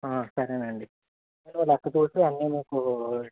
సరేనండి లేకపోతే అన్నీ మీకు